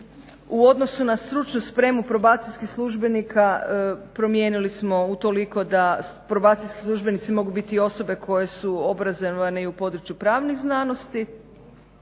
U odnosu na stručnu spremu probacijskih službenika promijenili smo utoliko da probacijski službenici mogu biti osobe koje su obrazovane i u području pravnih znanosti.